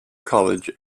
college